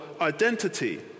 identity